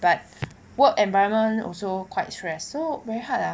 but work environment also quite stress so very hard ah